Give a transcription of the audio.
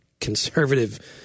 conservative